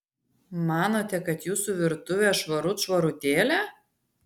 manote kad jūsų virtuvė švarut švarutėlė